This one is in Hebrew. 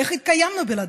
איך התקיימנו בלעדיו,